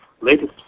latest